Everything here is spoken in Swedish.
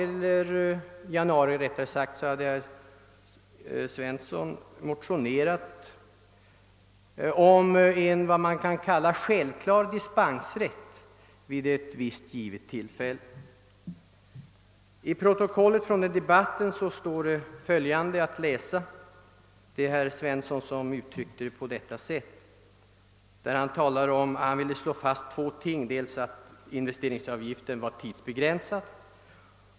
I januari motionerade herr Svensson i Kungälv om en vad man kan kalla självklar dispensrätt vid ett visst givet tillfälle. Jag citerar ur protokollet från debatten som hölls i februari. Herr Svensson framhöll som en första punkt att investeringsavgiften var tidsbegränsad.